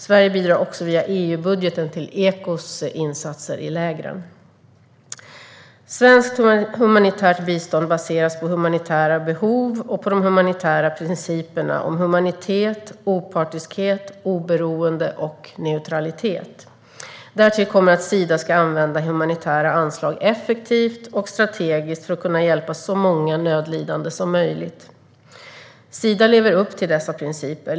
Sverige bidrar också via EU-budgeten till Echos insatser i lägren. Svenskt humanitärt bistånd baseras på humanitära behov och på de humanitära principerna om humanitet, opartiskhet, oberoende och neutralitet. Därtill kommer att Sida ska använda humanitära anslag effektivt och strategiskt för att kunna hjälpa så många nödlidande som möjligt. Sida lever upp till dessa principer.